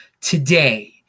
Today